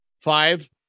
five